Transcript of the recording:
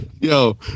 Yo